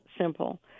simple